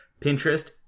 Pinterest